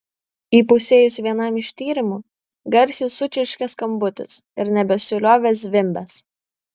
įpusėjus vienam iš tyrimų garsiai sučirškė skambutis ir nebesiliovė zvimbęs